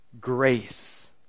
grace